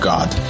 God